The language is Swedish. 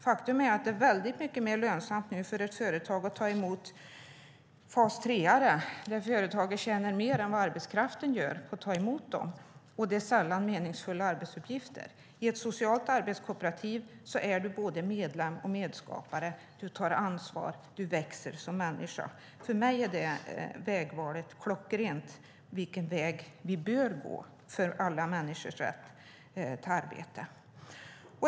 Faktum är att det nu är mycket mer lönsamt för ett företag att ta emot fas 3:are. Där tjänar företaget mer på att ta emot dem än vad arbetskraften själv gör, och det är sällan meningsfulla arbetsuppgifter det handlar om. I ett socialt arbetskooperativ är man både medlem och medskapare. Man tar ansvar och växer som människa. För mig är det klockrent vilken väg vi bör går för alla människors rätt till arbete.